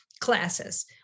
classes